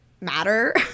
matter